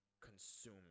consume